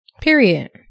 Period